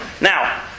Now